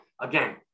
again